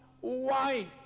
wife